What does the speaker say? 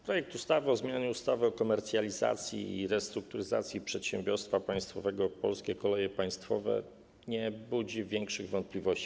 Projekt ustawy o zmianie ustawy o komercjalizacji i restrukturyzacji przedsiębiorstwa państwowego ˝Polskie Koleje Państwowe˝ nie budzi większych wątpliwości.